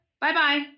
bye-bye